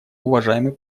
уважаемый